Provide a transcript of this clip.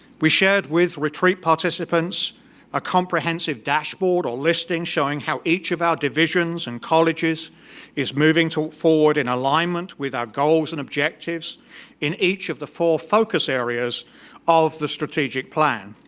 we shared with retreat participants a comprehensive dashboard, or listing, showing how each of our divisions and colleges is moving to forward in alignment with our goals and objectives in each of the four focus areas of of the strategic plan.